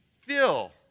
fill